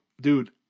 dude